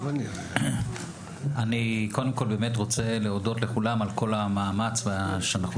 אני רוצה להודות לכולם על כל המאמץ שאנחנו